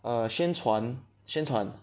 err 宣传宣传